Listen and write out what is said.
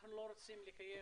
אנחנו לא רוצים לקיים